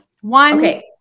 One